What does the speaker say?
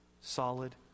solid